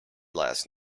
last